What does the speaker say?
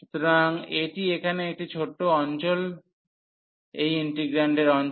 সুতরাং এটি এখানে একটি ছোট্ট অঞ্চল এই ইন্টিগ্রান্ডের অঞ্চল